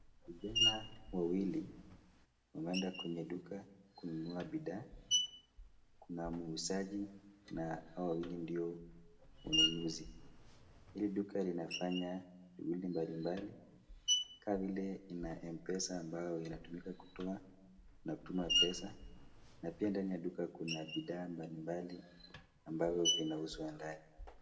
Vijana wawili wameenda kwenye duka kununua bidhaa. Kuna muuzaji na hao wawili ndio wanunuzi. Hili duka linafanya shughuli mbalimbali, kama vile ina Mpesa ambayo inatumika kutoa na kutuma pesa na pia ndani ya duka kuna bidhaa mbalimbali, ambavyo vinauzwa ndani.